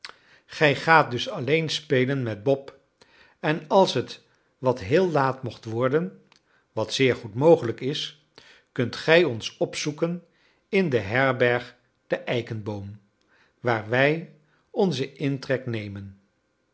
gij gaat dus alleen spelen met bob en als het wat heel laat mocht worden wat zeer goed mogelijk is kunt gij ons opzoeken in de herberg de eikenboom waar wij onzen intrek nemen